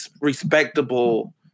respectable